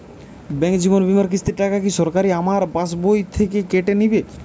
Bank জীবন বিমার কিস্তির টাকা কি সরাসরি আমার পাশ বই থেকে কেটে নিবে?